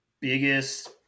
biggest